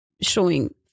showing